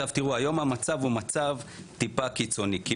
היום המצב הוא מצב טיפה קיצוני, כי